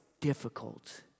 difficult